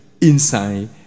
inside